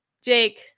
Jake